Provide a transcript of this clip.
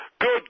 good